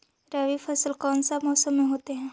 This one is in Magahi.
रवि फसल कौन सा मौसम में होते हैं?